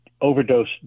overdose